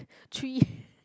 three